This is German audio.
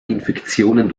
infektionen